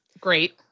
Great